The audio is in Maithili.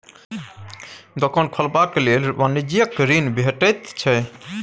दोकान खोलबाक लेल वाणिज्यिक ऋण भेटैत छै